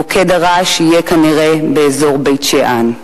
מוקד הרעש יהיה כנראה באזור בית-שאן.